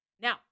Now